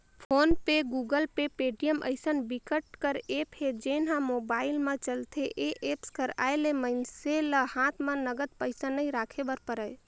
phone पे, Google Pay, Paytm अइसन बिकट कर ऐप हे जेन ह मोबाईल म चलथे ए एप्स कर आए ले मइनसे ल हात म नगद पइसा नइ राखे बर परय